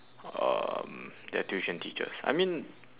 um their tuition teachers I mean